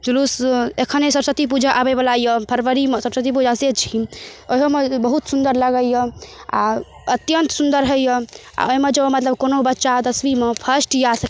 जुलुस एखने सरस्वती पूजा आबै बला यऽ फरबरीमे सरस्वती पूजा से छी ओहिओमे बहुत सुन्दर लगैत यऽ आ अत्यन्त सुन्दर होइत यऽ आ ओहिमे जँ कोनो बच्चा दशमीमे फर्स्ट या से